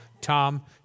Tom